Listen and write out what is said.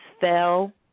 fell